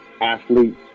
athletes